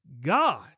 God